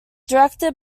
directed